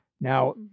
Now